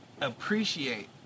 appreciate